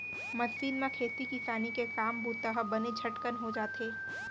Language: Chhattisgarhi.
मसीन म खेती किसानी के काम बूता ह बने झटकन हो जाथे